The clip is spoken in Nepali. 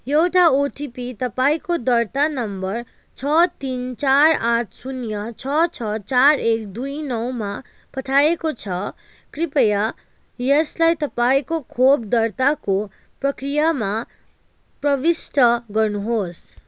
एउटा ओटिपी तपाईँँको दर्ता नम्बर छ तिन चार आठ शून्य छ छ चार एक दुई नौ मा पठाइएको छ कृपया यसलाई तपाईँँको खोप दर्ताको प्रक्रियामा प्रविष्ट गर्नुहोस्